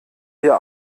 dir